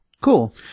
Cool